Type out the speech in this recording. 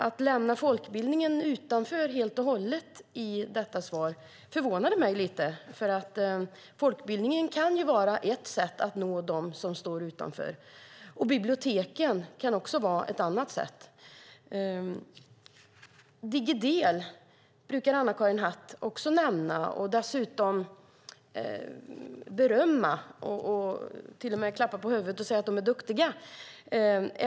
Det förvånade mig lite att hon i detta svar helt och hållet lämnade folkbildningen utanför eftersom folkbildningen kan vara ett sätt att nå dem som står utanför. Biblioteken kan vara ett annat sätt. Anna-Karin Hatt brukar nämna Digidel. Hon brukar till och med berömma dem som är engagerade där och klappa dem på huvudet och säga att de är duktiga.